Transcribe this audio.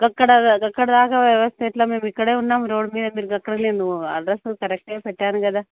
అక్కడ అక్కడ రాాక వ్యవస్థ ఇలా మేము ఇక్కడే ఉన్నాం రోడ్ మీద మీరక్కడ లేరు అడ్రస్ కరెక్ట్గా పెట్టాను కదా